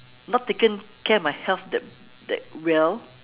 not taken care of my health that that well